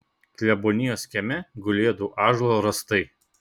klebonijos kieme gulėjo du ąžuolo rąstai